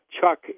chuck